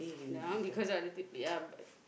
that one because but